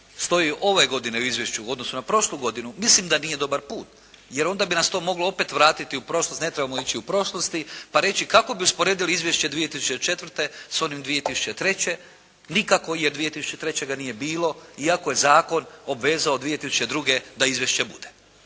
stoji ove godine u izvješću u odnosu na prošlu godinu mislim da nije dobar put, jer onda bi nas to moglo opet vratiti u prošlost, ne trebamo ići u prošlosti pa reći kako bi usporedili izvješće 2004. s onim 2003. nikako jer 2003. ga nije bilo iako je zakon obvezao 2002. da izvješće bude.